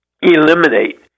eliminate